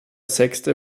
sechste